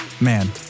man